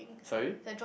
sorry